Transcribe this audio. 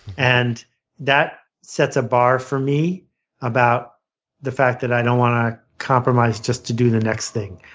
and that sets a bar for me about the fact that i don't want to compromise just to do the next thing.